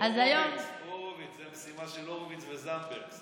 זו משימה של הורוביץ וזנדברג.